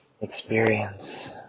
experience